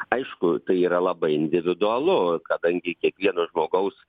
aišku tai yra labai individualu kadangi kiekvieno žmogaus